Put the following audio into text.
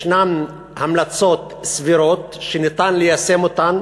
יש המלצות סבירות, שניתן ליישם אותן